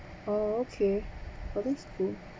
oh okay but that's cool